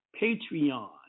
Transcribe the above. Patreon